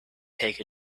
take